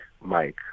Mike